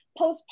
postpartum